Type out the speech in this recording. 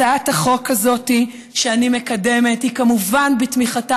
הצעת החוק הזאת שאני מקדמת היא כמובן בתמיכתה